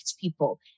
people